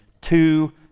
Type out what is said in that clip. two